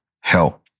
help